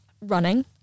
running